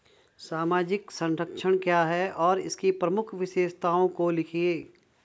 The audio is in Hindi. सामाजिक संरक्षण क्या है और इसकी प्रमुख विशेषताओं को लिखिए?